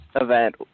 event